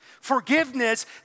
Forgiveness